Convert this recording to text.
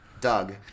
Doug